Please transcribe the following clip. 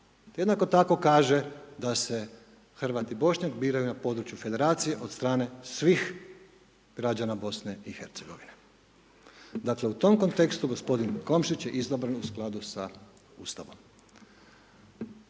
jednako tako kaže da se Hrvat i Bošnjak biraju na području Federacije od strane svih građana BiH. Dakle, u tom kontekstu gospodin Komšić je izabran u skladu sa Ustavom.